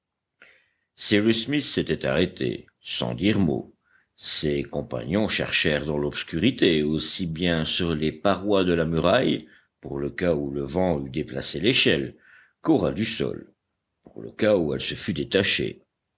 smith s'était arrêté sans dire mot ses compagnons cherchèrent dans l'obscurité aussi bien sur les parois de la muraille pour le cas où le vent eût déplacé l'échelle qu'au ras du sol pour le cas où elle se fût détachée